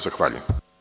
Zahvaljujem.